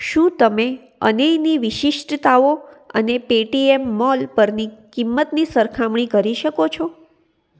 શું તમે અને એની વિશિષ્ટતાઓ અને પેટીએમ મોલ પરની કિંમતની સરખામણી કરી શકો છો